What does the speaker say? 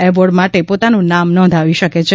award માટે પોતાનું નામ નોંધાવી શકે છે